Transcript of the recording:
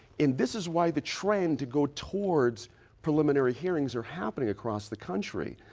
and this is why the trend to go towards preliminary hearings are happening across the country.